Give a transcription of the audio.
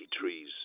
trees